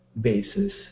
basis